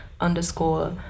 underscore